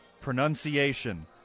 Pronunciation